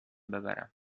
ببرم